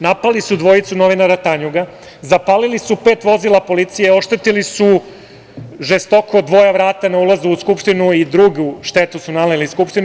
Napali su dvojicu novinara Tanjuga, zapalili su pet vozila policije, oštetili su žestoko dvoje vrata na ulazu u Skupštinu i drugu štetu su naneli Skupštini.